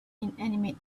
inanimate